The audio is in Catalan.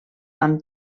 amb